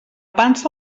pansa